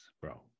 bro